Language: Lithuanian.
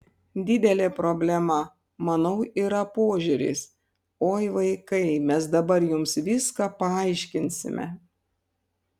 didelė problema manau yra požiūris oi vaikai mes dabar jums viską paaiškinsime